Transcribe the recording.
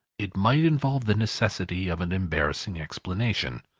it might involve the necessity of an embarrassing explanation.